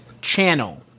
Channel